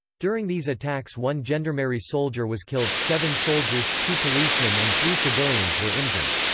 during these attacks one gendarmerie soldier was killed, seven soldiers, two policemen and three civilians were injured.